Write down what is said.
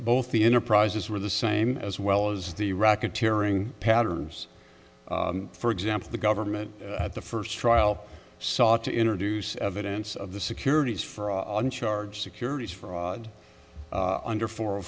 both the enterprises were the same as well as the racketeering patterns for example the government at the first trial sought to introduce evidence of the securities fraud charge securities fraud under four